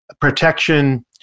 protection